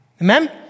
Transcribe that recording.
Amen